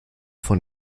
von